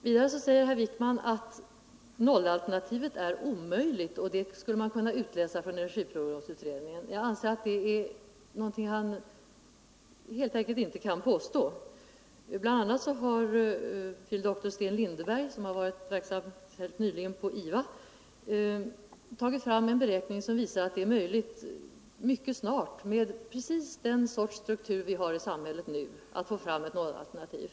Vidare sade herr Wijkman att nollalternativet är omöjligt, och att man kan utläsa det ur energiprognosutredningens betänkande. Det är ett påstående som herr Wijkman helt enkelt inte kan bevisa. Fil. dr Sten Lindeberg — som till helt nyligen har varit verksam på IVA — har gjort en beräkning som visar att det mycket snart kan bli möjligt att med den samhällsstruktur vi har i dag få fram ett nollalternativ.